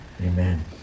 Amen